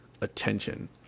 attention